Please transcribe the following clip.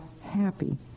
happy